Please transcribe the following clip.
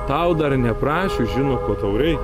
tau dar neprašius žino ko tau reik